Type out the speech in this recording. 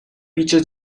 pitcher